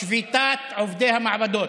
היא שביתת עובדי המעבדות.